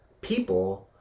people